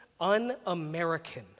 un-American